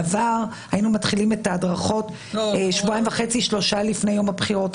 בעבר היינו מתחילים בהדרכות שבועיים וחצי-שלושה לפני יום הבחירות.